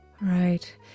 Right